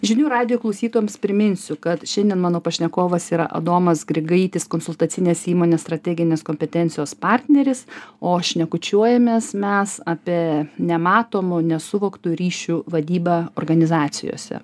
žinių radijo klausytojams priminsiu kad šiandien mano pašnekovas yra adomas grigaitis konsultacinės įmonės strateginės kompetencijos partneris o šnekučiuojamės mes apie nematomų nesuvoktų ryšių vadybą organizacijose